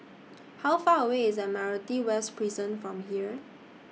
How Far away IS Admiralty West Prison from here